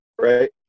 right